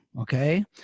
okay